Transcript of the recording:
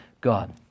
God